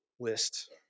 list